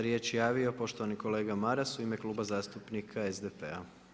riječ javio poštovani kolega Maras u ime Kluba zastupnika SDP-a.